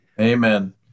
amen